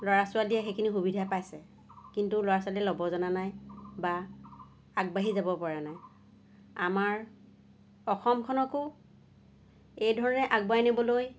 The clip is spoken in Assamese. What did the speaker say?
ল'ৰা ছোৱালীয়ে সেইখিনি সুবিধা পাইছে কিন্তু ল'ৰা ছোৱালীয়ে ল'ব জনা নাই বা আগবাঢ়ি যাব পৰা নাই আমাৰ অসমখনকো এই ধৰণে আগুৱাই নিবলৈ